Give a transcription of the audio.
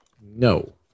No